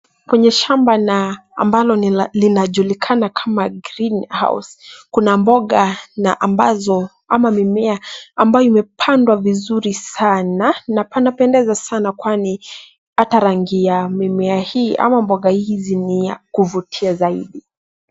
Kwenye samba linalojulikana kama greenhouse[c] kuna mboga ambazo, ama mimea ambayo imepandwa vizuri sana na yanapendeza vizuri sana kwani hata rangi ya mimea hii ama mboga hizi ni ya kuvutia zaidi.